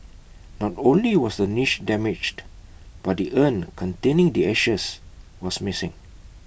not only was the niche damaged but the urn containing the ashes was missing